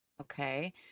okay